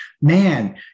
Man